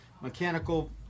mechanical